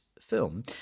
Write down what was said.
film